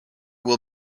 will